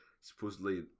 supposedly